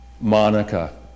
Monica